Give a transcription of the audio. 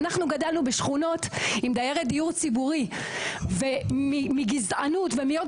אנחנו גדלנו בשכונות עם דיירי דיור ציבורי ומגזענות ומעוד